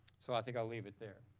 so i think i'll leave it there.